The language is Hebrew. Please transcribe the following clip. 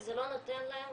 זה לא נותן להם